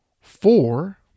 four